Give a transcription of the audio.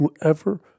whoever